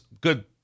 good